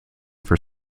for